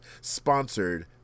sponsored